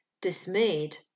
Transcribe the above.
dismayed